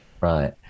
Right